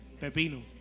pepino